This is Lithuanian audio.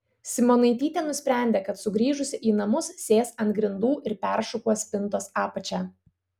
simonaitytė nusprendė kad sugrįžusi į namus sės ant grindų ir peršukuos spintos apačią